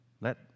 Let